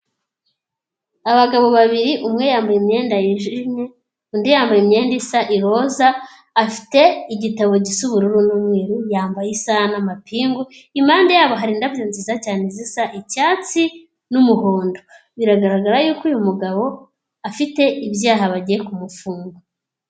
Abagabo babiri umwe yambaye imyenda yijimye, undi yambaye imyenda isa iroza, afite igitabo gisa ubururu n'umweru, yambaye isaha n'amapingu, impande yaba hari indabyo nziza cyane zisa icyatsi n'umuhondo. Biragaragara y'uko uyu mugabo, afite ibyaha bagiye kumufunga.